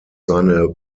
seine